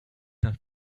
have